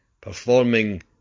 performing